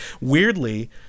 Weirdly